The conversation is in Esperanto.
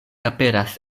aperas